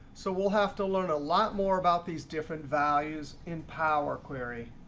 so we'll have to learn a lot more about these different values in power query.